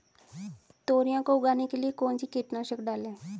तोरियां को उगाने के लिये कौन सी कीटनाशक डालें?